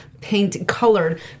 paint-colored